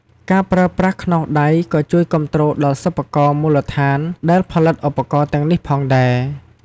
ការប្រើប្រាស់ខ្នោសដៃក៏ជួយគាំទ្រដល់សិប្បករមូលដ្ឋានដែលផលិតឧបករណ៍ទាំងនេះផងដែរ។